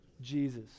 Jesus